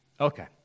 Okay